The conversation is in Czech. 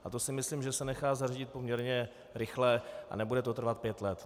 A to si myslím, že se nechá zařídit poměrně rychle, a nebude to trvat pět let.